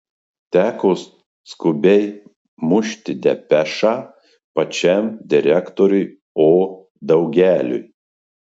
teko skubiai mušti depešą pačiam direktoriui o daugeliui